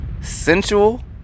Sensual